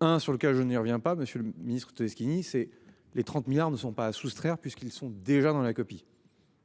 hein sur lequel je n'y reviens pas Monsieur le Ministre Todeschini c'est les 30 milliards ne sont pas à soustraire puisqu'ils sont déjà dans la copie.